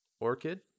Orchid